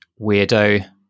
weirdo